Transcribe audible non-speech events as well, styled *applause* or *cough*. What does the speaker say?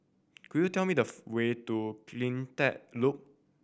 could you tell me the *unintelligible* way to Cleantech Loop